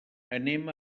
anem